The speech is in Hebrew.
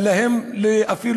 עשרה בתים בביר-הדאג',